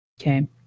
Okay